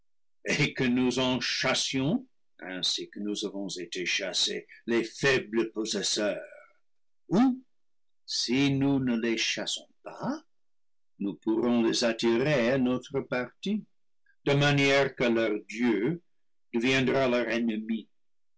et que nous en chassions ainsi que nous avons été chassés les faibles possesseurs ou si nous ne les chassons pas nous pour rons les attirer à notre parti de manière que leur dieu de viendra leur ennemi